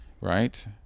Right